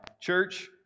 Church